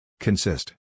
Consist